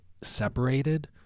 separated